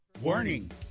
Warning